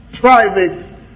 private